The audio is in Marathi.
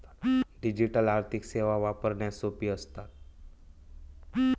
डिजिटल आर्थिक सेवा वापरण्यास सोपी असता